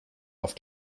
auf